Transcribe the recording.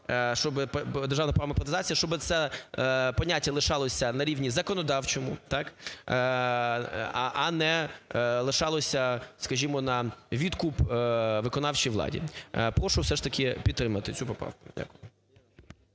щоби це поняття лишалося на рівні законодавчому – так? – а не лишалося, скажімо, на відкуп виконавчій владі. Прошу все ж таки підтримати цю поправку. Дякую.